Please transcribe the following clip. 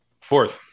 Fourth